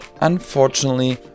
Unfortunately